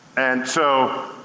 and so,